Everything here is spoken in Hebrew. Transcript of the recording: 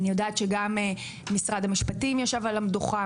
אני יודעת שגם משרד המשפטים ישב על המדוכה,